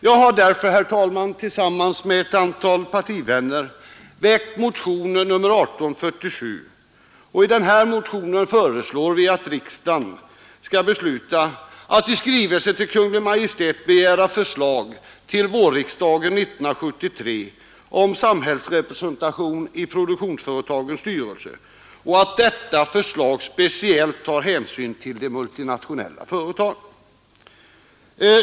Jag har därför, herr talman, tillsammans med ett antal partivänner väckt motionen 1847, där vi föreslår att riksdagen måtte besluta att i skrivelse till Kungl. Maj:t begära förslag till vårriksdagen 1973 om samhällsrepresentation i produktionsföretagens styrelser och att detta förslag speciellt tar hänsyn till de multinationella företagen.